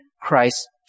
Christ